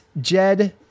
Jed